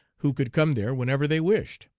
who could come there whenever they wished.